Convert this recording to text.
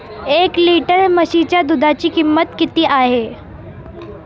एक लिटर म्हशीच्या दुधाची किंमत किती आहे?